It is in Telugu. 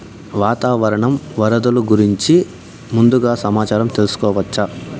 వాతావరణం వరదలు గురించి ముందుగా సమాచారం తెలుసుకోవచ్చా?